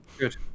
Good